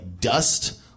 dust